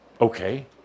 Okay